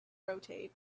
rotate